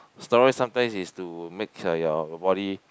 steroid sometimes is to make your body